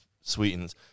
Sweetens